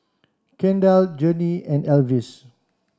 Kendal Journey and Elvis